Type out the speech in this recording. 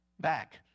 back